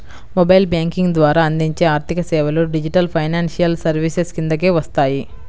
mobile banking ద్వారా అందించే ఆర్థికసేవలు డిజిటల్ ఫైనాన్షియల్ సర్వీసెస్ కిందకే వస్తాయి